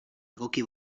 egoki